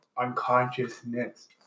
unconsciousness